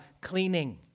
Cleaning